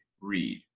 read